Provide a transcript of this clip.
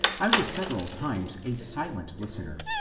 i was several times a silent listener,